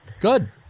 Good